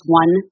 one